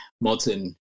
modern